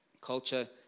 Culture